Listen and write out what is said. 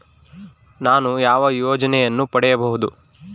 ನಾನು ಯಾವ ಯೋಜನೆಯನ್ನು ಪಡೆಯಬಹುದು?